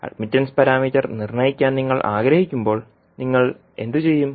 admittance parameter നിർണ്ണയിക്കാൻ നിങ്ങൾ ആഗ്രഹിക്കുമ്പോൾ നിങ്ങൾ എന്തു ചെയ്യും